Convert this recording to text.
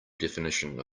definition